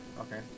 Okay